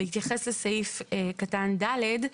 בהתייחס לסעיף קטן (ד):